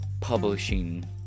publishing